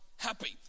happy